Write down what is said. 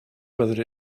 whether